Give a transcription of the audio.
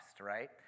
Right